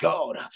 God